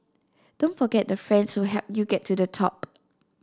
don't forget the friends who helped you get to the top